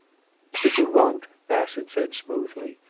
but you won't, bassett said smoothly.